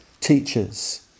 teachers